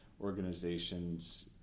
organizations